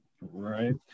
Right